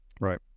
Right